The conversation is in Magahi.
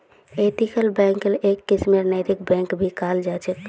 एथिकल बैंकक् एक किस्मेर नैतिक बैंक भी कहाल जा छे